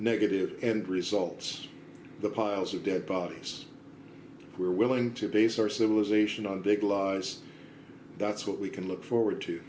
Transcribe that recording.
negative end results the piles of dead bodies who are willing to base our civilization on big lies that's what we can look forward to